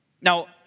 Now